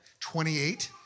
28